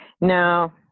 now